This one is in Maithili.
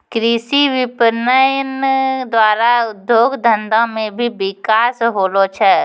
कृषि विपणन द्वारा उद्योग धंधा मे भी बिकास होलो छै